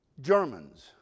Germans